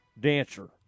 dancer